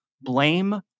Blame